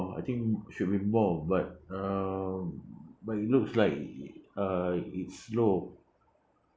I think should be more but um but it looks like uh it's slow